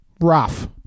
Rough